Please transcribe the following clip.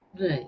right